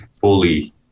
fully